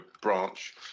branch